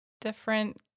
different